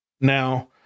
Now